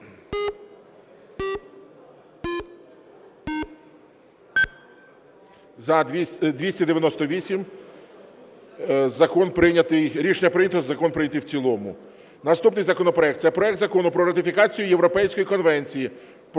За-298 Рішення прийнято. Закон прийнято в цілому. Наступний законопроект – це проект Закону про ратифікацію Європейської конвенції